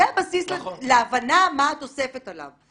זה הבסיס להבנה מה התוספת עליו.